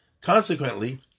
Consequently